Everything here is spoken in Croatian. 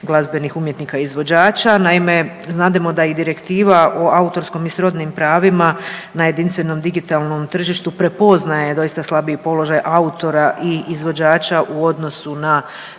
glazbenih umjetnika izvođača. Naime, znademo da i Direktiva o autorskom i srodnim pravima na jedinstvenom digitalnom tržištu prepoznaje doista slabiji položaj autora i izvođača u odnosu na